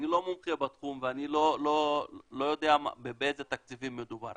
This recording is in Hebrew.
לא מומחה בתחום ואני לא יודע באיזה תקציבים מדובר,